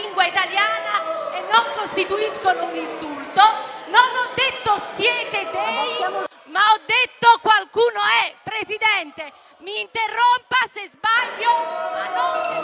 lingua italiana e non costituiscono un insulto. Non ho detto "siete dei", ma ho detto "qualcuno è". Signor Presidente, mi interrompa se sbaglio.